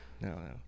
No